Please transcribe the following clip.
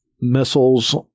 missiles